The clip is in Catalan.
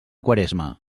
quaresma